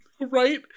right